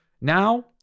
Now